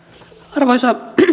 arvoisa